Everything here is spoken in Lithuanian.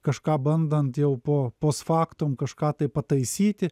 kažką bandant jau po post factum kažką tai pataisyti